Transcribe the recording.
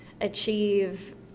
achieve